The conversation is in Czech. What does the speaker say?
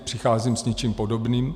Přicházím s něčím podobným.